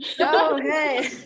okay